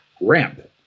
ramp